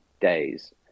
days